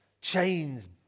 Chains